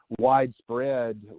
widespread